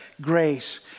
grace